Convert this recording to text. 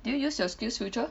did you use your SkillsFuture